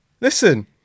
Listen